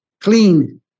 clean